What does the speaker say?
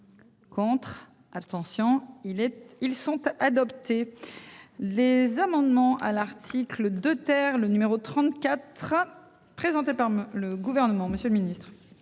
Contre, abstention. Il est ils sont adoptés. Les amendements à l'article de terre le numéro 34 sera présenté par le gouvernement, Monsieur le Ministre.